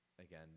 again